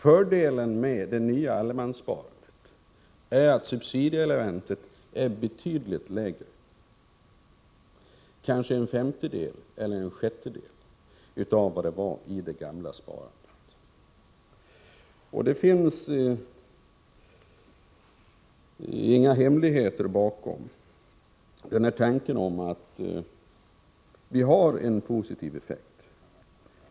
Fördelen med det nya allemanssparandet är att subsidieelementet är betydligt lägre; kanske en femtedel eller en sjättedel av vad det var i det gamla sparandet. Det finns inga hemligheter bakom tanken på en positiv effekt.